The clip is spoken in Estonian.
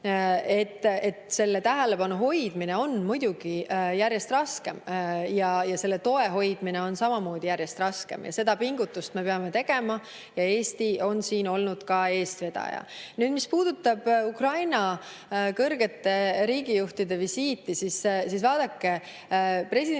Selle tähelepanu hoidmine on muidugi järjest raskem ja selle toe hoidmine on samamoodi järjest raskem, kuid seda pingutust me peame tegema ja Eesti on selles olnud eestvedaja. Mis puudutab Ukraina kõrgete riigijuhtide visiiti, siis vaadake, president